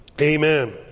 Amen